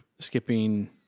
skipping